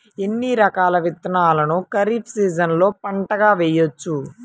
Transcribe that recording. ఎన్ని రకాల విత్తనాలను ఖరీఫ్ సీజన్లో పంటగా వేయచ్చు?